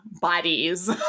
bodies